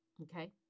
Okay